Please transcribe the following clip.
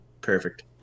perfect